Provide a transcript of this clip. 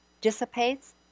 dissipates